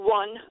one